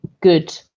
good